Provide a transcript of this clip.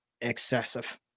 excessive